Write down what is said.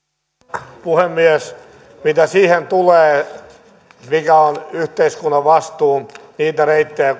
arvoisa puhemies mitä siihen tulee mikä on yhteiskunnan vastuu niitä reittejä